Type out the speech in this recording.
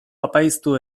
apaiztu